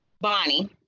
Bonnie